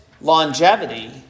longevity